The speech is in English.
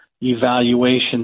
evaluations